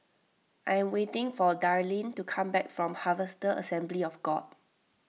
I am waiting for Darlyne to come back from Harvester Assembly of God